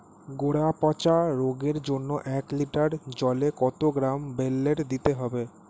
গোড়া পচা রোগের জন্য এক লিটার জলে কত গ্রাম বেল্লের দিতে হবে?